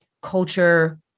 culture